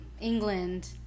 england